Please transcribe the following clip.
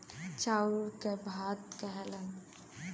चाउर के भात कहेलन